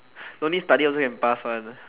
don't need study also can pass one